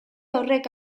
horrek